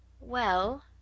Well